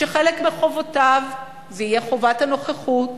שחלק מחובותיו יהיה חובת הנוכחות